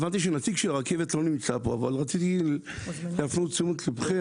הבנתי שנציג של הרכבת לא נמצא פה אבל רציתי להפנות את תשומת לבכם,